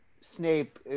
Snape